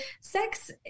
sex